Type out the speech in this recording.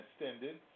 extended